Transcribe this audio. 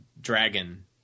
dragon